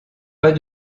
pas